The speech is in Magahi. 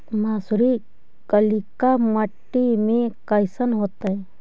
मसुरी कलिका मट्टी में कईसन होतै?